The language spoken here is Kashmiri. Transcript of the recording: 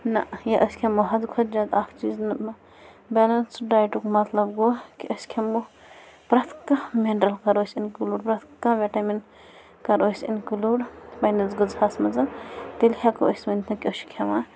نہ یہِ أسۍ کھٮ۪مو حدٕ کھۄتہٕ زیادٕ اَکھ چیٖز نہٕ بیلنسٕڈ ڈایٹُک مطلب گوٚو کہِ أسۍ کھٮ۪مو پرٛتھ کانٛہہ مِنرَل کَرو أسۍ اِنکٔلوٗڈ پرٛٮ۪تھ کانٛہہ وِِٹٮمِن کَرو أسۍ اِنکٕلوٗڈ پَنٕنِس غذاہَس منٛز تیٚلہِ ہٮ۪کو أسۍ ؤنتھ کہٕ أسۍ چھِ کھٮ۪وان